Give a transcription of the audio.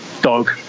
dog